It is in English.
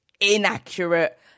inaccurate